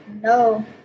No